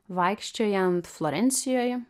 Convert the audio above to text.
vaikščiojant florencijoje